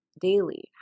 daily